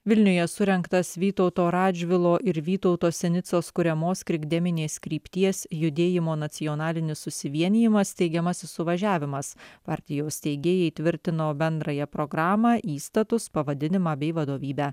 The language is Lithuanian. vilniuje surengtas vytauto radžvilo ir vytauto sinicos kuriamos krikdeminės krypties judėjimo nacionalinis susivienijimas steigiamasis suvažiavimas partijos steigėjai tvirtino bendrąją programą įstatus pavadinimą bei vadovybę